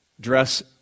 dress